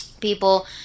people